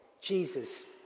Jesus